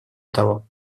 того